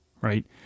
right